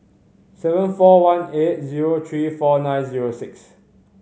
seven four one eight zero three four nine zero six